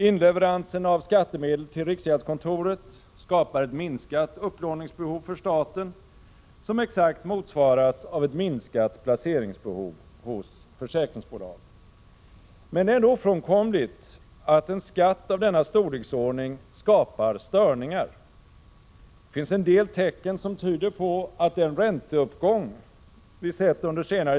Inleveransen av skattemedel till riksgäldskontoret skapar ett minskat upplåningsbehov för staten, som exakt motsvaras av ett minskat placeringsbehov hos försäkringsbolagen. Men det är ändå Prot. 1986/87:48 ofrånkomligt att en skatt av denna storleksordning skapar störningar. Det 12 december 1986 finns en del tecken som tyder på att den ränteuppgång vi sett under Senare.